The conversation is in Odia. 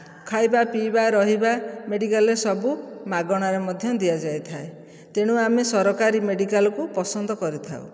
ଖାଇବା ପିଇବା ରହିବା ମେଡ଼ିକାଲରେ ସବୁ ମାଗଣାରେ ମଧ୍ୟ ଦିଆଯାଇଥାଏ ତେଣୁ ଆମେ ସରକାରୀ ମେଡ଼ିକାଲକୁ ପସନ୍ଦ କରିଥାଉ